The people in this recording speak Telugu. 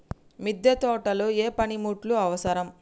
మిద్దె తోటలో ఏ పనిముట్లు అవసరం?